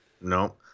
no